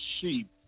sheep